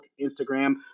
Instagram